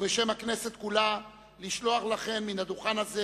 ובשם הכנסת כולה לשלוח לכן מהדוכן הזה